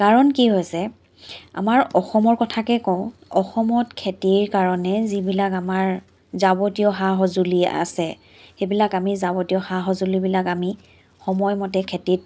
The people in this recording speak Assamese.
কাৰণ কি হৈছে আমাৰ অসমৰ কথাকে কওঁ অসমত খেতিৰ কাৰণে যিবিলাক আমাৰ যাৱতীয় সা সঁজুলি আছে সেইবিলাক আমি যাৱতীয় সা সঁজুলিবিলাক আমি সময়মতে খেতিত